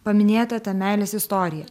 paminėta ta meilės istorija